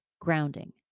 grounding